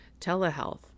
telehealth